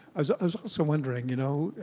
i so i was also wondering, you know,